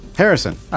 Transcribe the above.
Harrison